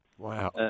Wow